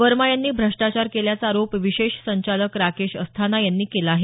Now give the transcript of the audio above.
वर्मा यांनी भ्रष्टाचार केल्याचा आरोप विशेष संचालक राकेश अस्थाना यांनी केला आहे